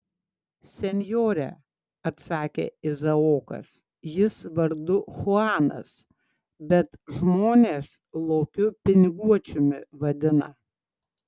senjore atsakė izaokas jis vardu chuanas bet žmonės lokiu piniguočiumi vadina